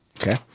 Okay